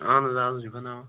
اہن حظ اہن حظ یُکُن ہاو حظ